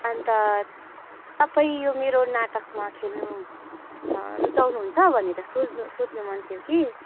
अन्त तपाईँ यो मेरो नाटकमा खेल्नु रुचाउनु हुन्छ भनेर सोध्नु सोध्नु मन थियो कि